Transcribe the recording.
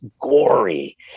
gory